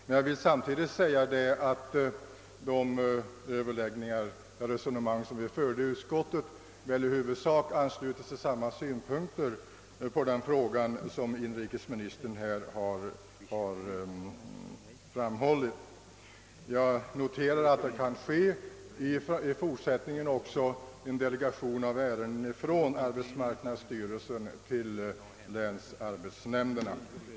Men det resonemang som vi förde i utskottet ansluter sig i huvudsak till de synpunkter som inrikesministern här anlade, och jag noterar att det även i fortsättningen kan ske ett delegerande av ärenden från arbetsmarknadsstyrelsen till länsarbetsnämnderna.